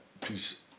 please